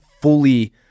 fully